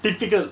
typical